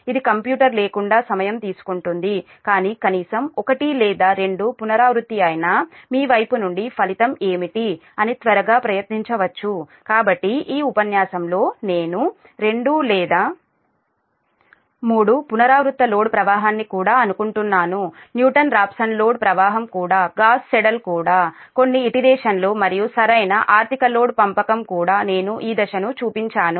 ఇది కంప్యూటర్ లేకుండా సమయం తీసుకుంటుంది కానీ కనీసం ఒకటి లేదా రెండు పునరావృత్తి అయినా మీ వైపు నుండి ఫలితం ఏమిటి అని త్వరగా ప్రయత్నించవచ్చు కాబట్టి ఈ ఉపన్యాసంలో నేను 2 లేదా 3 పునరావృత లోడ్ ప్రవాహాన్ని కూడా అనుకుంటున్నాను న్యూటన్ రాప్సన్ లోడ్ ప్రవాహం కూడా గాస్ సెడల్ కూడా కొన్ని ఇటిరేషన్లు మరియు సరైన ఆర్థిక లోడ్ పంపకం కూడా నేను ఈ దశను చూపించాను